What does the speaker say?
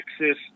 Texas